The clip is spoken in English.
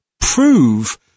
prove